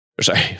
sorry